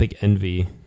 envy